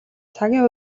цагийн